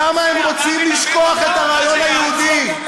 למה הם רוצים לשכוח את הרעיון היהודי?